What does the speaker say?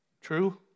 true